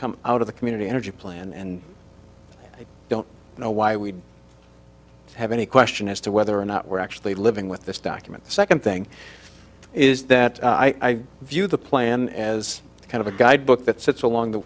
come out of the community energy plan and i don't know why we have any question as to whether or not we're actually living with this document the second thing is that i view the plan as kind of a guide book that sits along the